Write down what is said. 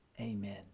Amen